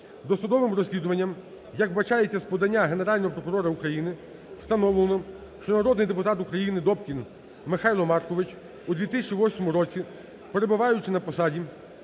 Досудовим розслідуванням, як вбачається з подання Генерального прокурора України, встановлено, що народний депутат України Добкін Михайло Маркович у 2008 році, перебуваючи на посаді